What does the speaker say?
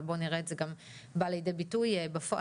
אבל בואו נראה את זה גם בא לידי ביטוי בפועל,